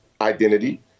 identity